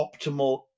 optimal